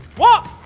one.